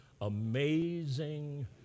amazing